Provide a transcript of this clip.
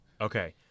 Okay